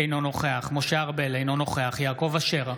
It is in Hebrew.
אינו נוכח משה ארבל, אינו נוכח יעקב אשר,